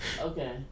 Okay